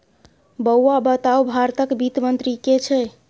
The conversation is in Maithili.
बौआ बताउ भारतक वित्त मंत्री के छै?